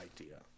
idea